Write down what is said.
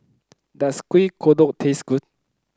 does Kuih Kodok taste good